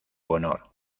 honor